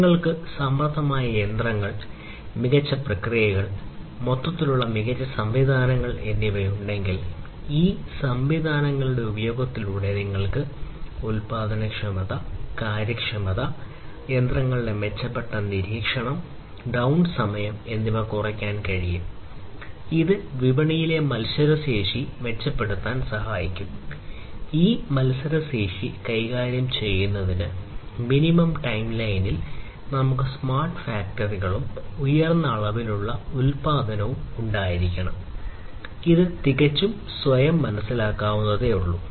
നിങ്ങൾക്ക് സമർത്ഥമായ യന്ത്രങ്ങൾ മികച്ച പ്രക്രിയകൾ മൊത്തത്തിലുള്ള മികച്ച സംവിധാനങ്ങൾ എന്നിവ ഉണ്ടെങ്കിൽ ഈ സംവിധാനങ്ങളുടെ ഉപയോഗത്തിലൂടെ നിങ്ങൾക്ക് ഉൽപാദനക്ഷമത കാര്യക്ഷമത ഈ യന്ത്രങ്ങളുടെ മെച്ചപ്പെട്ട നിരീക്ഷണം ഡൌൺ സമയം നമുക്ക് സ്മാർട്ട് ഫാക്ടറികളും ഉയർന്ന അളവിലുള്ള ഉൽപാദനവും ഉണ്ടായിരിക്കണം ഇത് തികച്ചും സ്വയം മനസ്സിലാക്കാവുന്നതേയുള്ളൂ